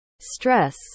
stress